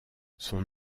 son